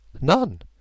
None